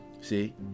See